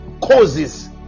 causes